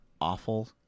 awful